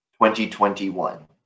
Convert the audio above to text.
2021